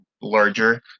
larger